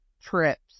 trips